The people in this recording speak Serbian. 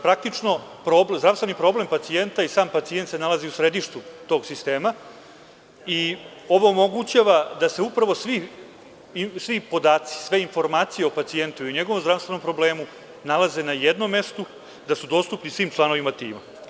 Praktično, zdravstveni problem pacijenta i sam pacijent se nalazi u središtu tog sistema i ovo omogućava da se upravo svi podaci, sve informacije o pacijentu i njegovom zdravstvenom problemu nalaze na jednom mestu, da su dostupni svim članovima tima.